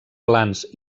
plans